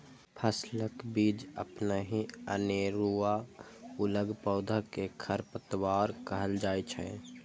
फसलक बीच अपनहि अनेरुआ उगल पौधा कें खरपतवार कहल जाइ छै